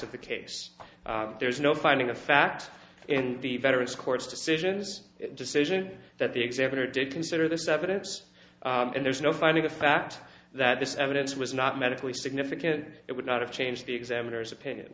of the case there's no finding of fact in the veterans court's decisions decision that the examiner did consider this evidence and there's no finding the fact that this evidence was not medically significant it would not have changed the examiners opinion